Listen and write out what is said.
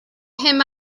him